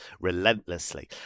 relentlessly